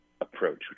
approach